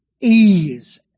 ease